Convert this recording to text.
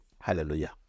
hallelujah